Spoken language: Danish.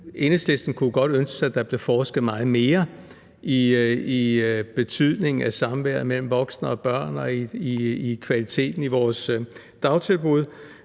Enhedslisten kunne godt ønske sig, at der blev forsket meget mere i betydningen af samværet mellem voksne og børn og i kvaliteten i vores dagtilbud.